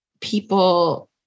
people